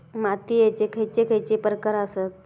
मातीयेचे खैचे खैचे प्रकार आसत?